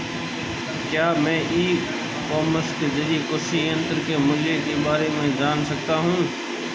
क्या मैं e commerce के ज़रिए कृषि यंत्र के मूल्य में बारे में जान सकता हूँ?